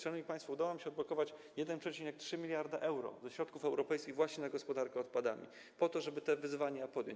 Szanowni państwo, udało nam się odblokować 1,3 mld euro ze środków europejskich właśnie na gospodarkę odpadami, żeby te wyzwania podjąć.